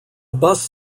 bus